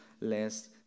less